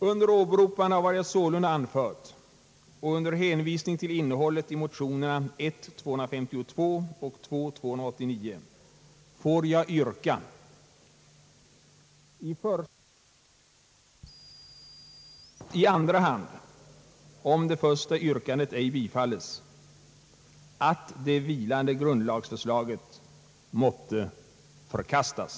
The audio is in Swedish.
Under åberopande av vad jag sålunda anfört och under hänvisning till innehållet i motionerna I: 252 och II: 289 får jag yrka att riksdagen i första hand för sin del ville besluta uppskjuta den slutliga prövningen av det vilande grundlagsförslaget till 1970 års riksdag samt i andra hand, om det första yrkandet ej bifalles, att det vilande grundlagsförslaget måtte förkastas.